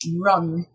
run